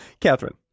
Catherine